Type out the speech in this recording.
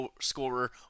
scorer